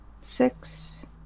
Six